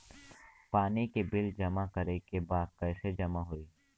पानी के बिल जमा करे के बा कैसे जमा होई?